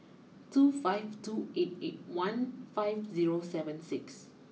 two five two eight eight one five zero seven six